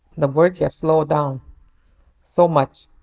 the work has slowed down so much.